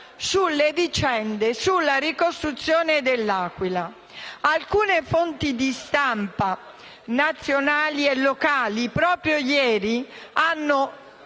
sulle vicende relative alla ricostruzione dell'Aquila. Alcune fonti di stampa nazionali e locali, proprio ieri, hanno